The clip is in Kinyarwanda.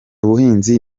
ubuhinzi